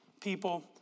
people